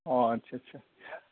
अ आच्चा आच्चा